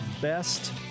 best